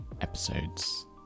episodes